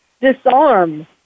disarm